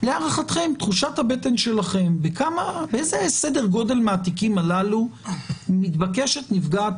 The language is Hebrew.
להערכתכם באיזה סדר גודל מהתיקים הללו מתבקשת נפגעת